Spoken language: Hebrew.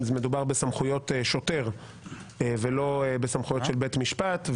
מדובר בסמכויות שוטר ולא בסמכויות של בית משפט.